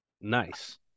Nice